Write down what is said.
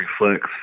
reflects